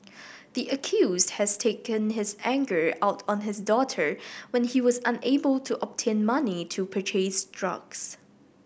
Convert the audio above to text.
the accused had taken his anger out on his daughter when he was unable to obtain money to purchase drugs